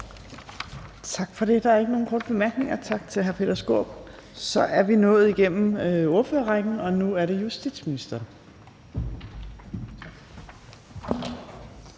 Tak for det. Der er ikke nogen korte bemærkninger. Tak til hr. Peter Skaarup. Så er vi nået igennem ordførerrækken, og nu er det justitsministeren.